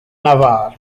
navarre